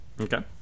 Okay